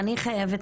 אני חייבת